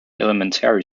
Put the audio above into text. elementary